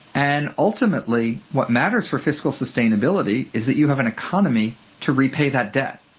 and ultimately what matters for fiscal sustainability is that you have an economy to repay that debt.